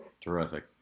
terrific